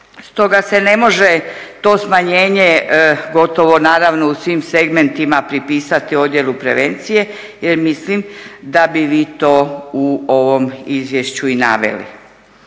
Stoga se ne može to smanjenje gotovo naravno u svim segmentima pripisati odjelu prevencije jer mislim da bi vi to u ovom izvješću i naveli.